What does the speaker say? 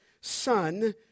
son